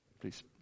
Please